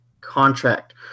contract